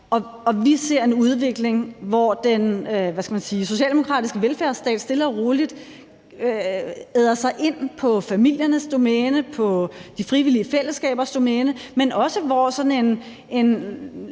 vi ser en udvikling, hvor den, hvad skal man sige, socialdemokratiske velfærdsstat stille og roligt æder sig ind på familiernes domæne og på de frivillige fællesskabers domæne, men også, hvor sådan en